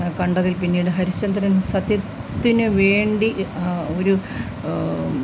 കണ്ടതിൽ പിന്നീട് ഹരിചന്ദ്രൻ സത്യത്തിന് വേണ്ടി ഒരു